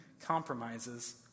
compromises